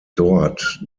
dort